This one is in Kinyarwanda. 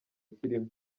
kirimo